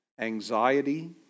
anxiety